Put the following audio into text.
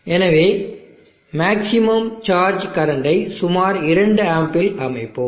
எனவே maximum charge கரண்டை சுமார் 2 ஆம்ப்ஸில் அமைப்போம்